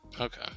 Okay